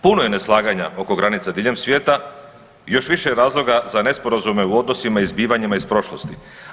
Puno je neslaganja oko granice diljem svijeta, još više je razloga za nesporazume u odnosima i zbivanjima iz prošlosti.